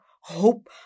hope